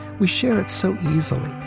we share it so easily,